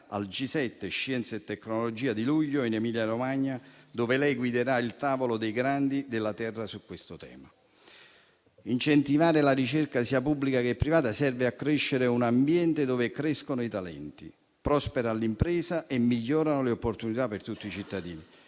al G7 scienza e tecnologia di luglio in Emilia-Romagna, dove lei guiderà il tavolo dei grandi della Terra su questo tema. Incentivare la ricerca, sia pubblica che privata, serve a creare un ambiente dove crescono i talenti, prospera l'impresa e migliorano le opportunità per tutti i cittadini.